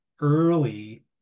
early